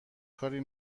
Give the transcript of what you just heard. کاری